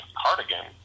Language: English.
cardigan